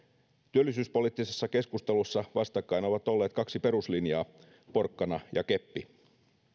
työllisyyspoliittisessa keskustelussa vastakkain ovat olleet kaksi peruslinjaa porkkana ja keppi